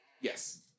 yes